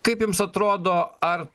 kaip jums atrodo ar